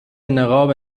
نقاب